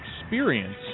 experience